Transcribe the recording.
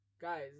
guys